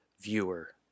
Viewer